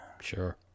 Sure